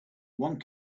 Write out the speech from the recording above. one